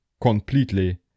completely